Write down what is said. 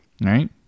right